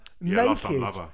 Naked